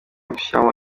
gushyiramo